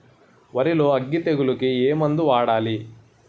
వరిలో అగ్గి తెగులకి ఏ మందు వాడాలి?